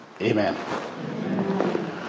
Amen